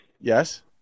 Yes